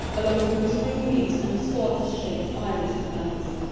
along with whispering reeds and sword-shaped iris plants.